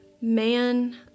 man